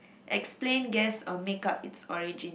explain guess or makeup its origin